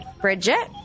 Bridget